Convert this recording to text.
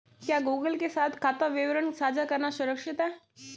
क्या गूगल के साथ खाता विवरण साझा करना सुरक्षित है?